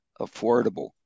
affordable